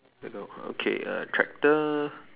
the girl okay a tractor